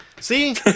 See